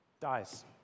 dies